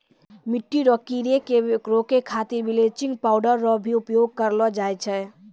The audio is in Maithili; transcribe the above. मिट्टी रो कीड़े के रोकै खातीर बिलेचिंग पाउडर रो भी उपयोग करलो जाय छै